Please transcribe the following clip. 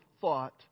thought